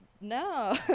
no